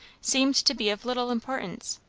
seemed to be of little importance.